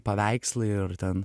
paveikslai ir ten